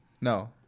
No